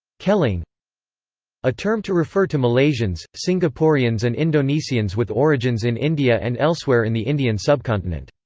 keling a term to refer to malaysians singaporeans and indonesians with origins in india and elsewhere in the indian subcontinent.